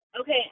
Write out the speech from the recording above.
Okay